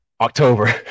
October